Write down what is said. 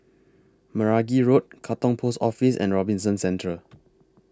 Meragi Road Katong Post Office and Robinson Centre